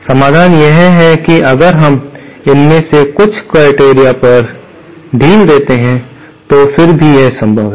समाधान यह है कि अगर हम इनमें से कुछ क्राइटेरिया पर ढील देते हैं तो फिर भी यह संभव है